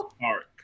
Park